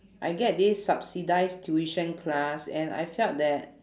I get this subsidized tuition class and I felt that